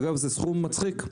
אגב, זה סכום מצחיק.